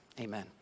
amen